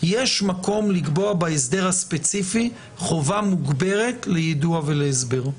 יש מקום לקבוע בהסדר הספציפי חובה מוגברת ליידוע ולהסבר.